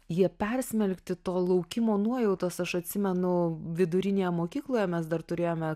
jie persmelkti to laukimo nuojautos aš atsimenu vidurinėje mokykloje mes dar turėjome